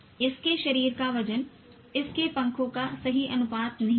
इसके शरीर का वजन इसके पंखों का सही अनुपात नहीं है